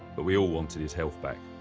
but we all wanted his health back.